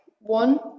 one